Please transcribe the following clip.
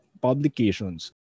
publications